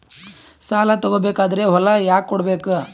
ಸಾಲ ತಗೋ ಬೇಕಾದ್ರೆ ಹೊಲ ಯಾಕ ಕೊಡಬೇಕು?